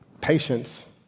patience